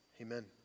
Amen